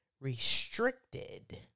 restricted